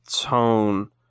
tone